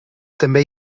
també